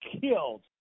killed